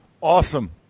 Awesome